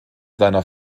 seiner